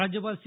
राज्यपाल सी